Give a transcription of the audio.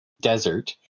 desert